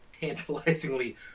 tantalizingly